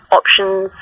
options